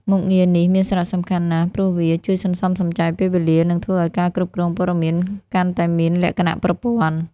មុខងារនេះមានសារៈសំខាន់ណាស់ព្រោះវា ជួយសន្សំសំចៃពេលវេលា និងធ្វើឲ្យការគ្រប់គ្រងព័ត៌មានកាន់តែមានលក្ខណៈប្រព័ន្ធ។